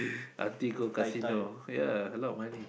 auntie go casino yea a lot of money